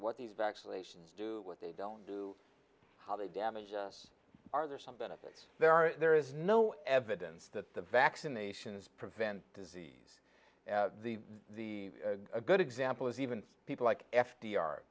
what these vaccinations do what they don't do how they damage us are there some benefits there are there is no evidence that the vaccinations prevent disease the the good example is even people like f